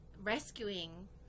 rescuing